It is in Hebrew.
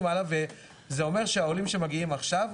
הלאה וזה אומר שהעולים שמגיעים עכשיו,